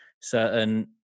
certain